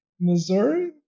Missouri